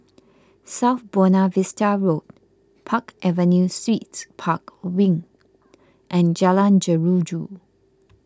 South Buona Vista Road Park Avenue Suites Park Wing and Jalan Jeruju